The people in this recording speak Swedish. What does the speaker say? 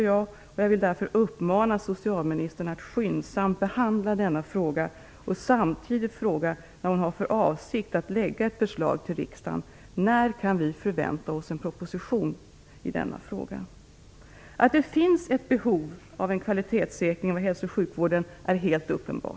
Jag vill därför uppmana socialministern att skyndsamt behandla detta ärende och samtidigt fråga när hon har för avsikt att lägga fram ett förslag till riksdagen. När kan vi förvänta oss en proposition i denna fråga? Att det finns ett behov av en kvalitetssäkring av hälso och sjukvården är helt uppenbart.